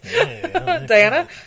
Diana